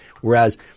Whereas